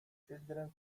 children